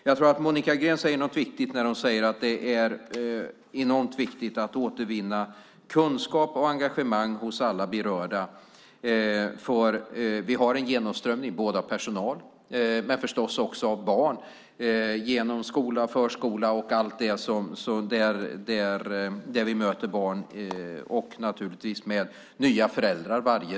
Jag tror att Monica Green är inne på något betydelsefullt när hon säger att det är enormt viktigt att återvinna kunskap och engagemang hos alla berörda, för vi har en genomströmning av personal, men förstås också av barn genom skola, förskola och alla områden där vi varje dag möter barn och naturligtvis föräldrar.